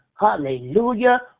Hallelujah